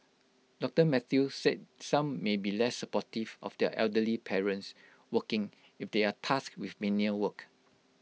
doctor Mathew said some may be less supportive of their elderly parents working if they are tasked with menial work